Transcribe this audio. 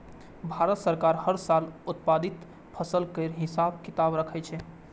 भारत सरकार हर साल उत्पादित फसल केर हिसाब किताब राखै छै